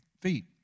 feet